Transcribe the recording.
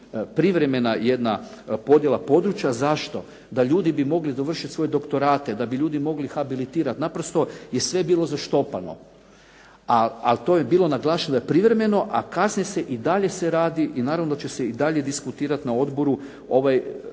jedna privremena podjela područja. Zašto? Da ljudi bi mogli dovršiti svoje doktorate, da bi ljudi mogli habilitirati. Naprosto je sve bilo zaštopano, ali to je bilo naglašeno da je privremeno, a kasnije se i dalje se radi i naravno da će se i dalje diskutirati na odboru ovaj